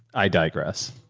i digress.